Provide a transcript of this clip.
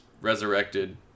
resurrected